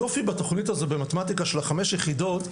היופי בתכנית הזו במתמטיקה של חמש היחידות,